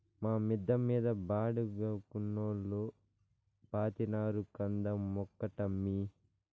మా మిద్ద మీద బాడుగకున్నోల్లు పాతినారు కంద మొక్కటమ్మీ